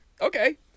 Okay